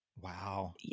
Wow